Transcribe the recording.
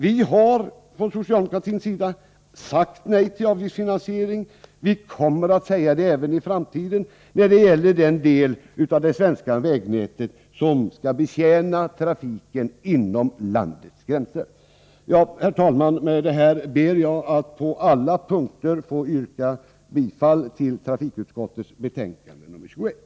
Vi har från socialdemokratins sida sagt nej till avgiftsfinansiering. Vi kommer att säga nej även i framtiden när det gäller den del av det svenska vägnätet som skall betjäna trafiken inom landets gränser. Herr talman! Med detta ber jag att på alla punkter få yrka bifall till hemställan i trafikutskottets betänkande nr 21.